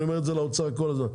אני פונה למשרד האוצר,